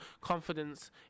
confidence